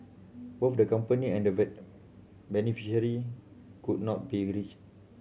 both the company and beneficiary could not be reached